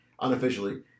unofficially